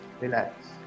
relax